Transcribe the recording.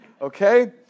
Okay